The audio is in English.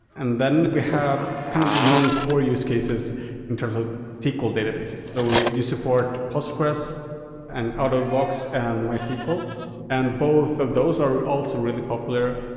and then we have kind of the non-core use cases in terms of sql databases. but we do support postgres and out of the box and mysql, and both of those are also really popular.